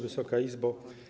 Wysoka Izbo!